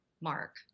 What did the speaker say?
mark